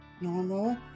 normal